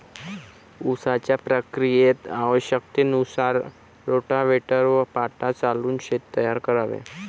उसाच्या प्रक्रियेत आवश्यकतेनुसार रोटाव्हेटर व पाटा चालवून शेत तयार करावे